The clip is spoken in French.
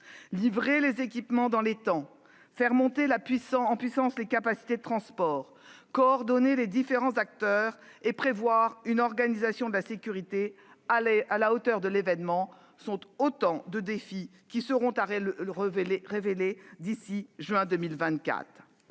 Livrer les équipements dans les temps, faire monter en puissance les capacités de transport, coordonner les différents acteurs et prévoir une organisation de la sécurité à la hauteur de l'événement constituent autant de défis qui devront être relevés d'ici à juillet 2024